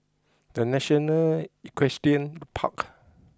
the National Equestrian Park